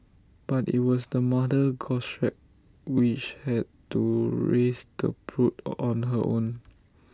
but IT was the mother goshawk which had to raise the brood on her own